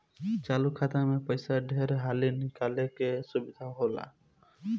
चालु खाता मे पइसा ढेर हाली निकाले के सुविधा होला